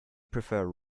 prefer